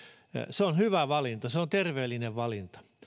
se on hyvä valinta se on terveellinen valinta